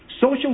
Social